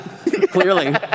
clearly